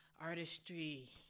artistry